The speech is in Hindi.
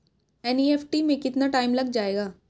एन.ई.एफ.टी में कितना टाइम लग जाएगा?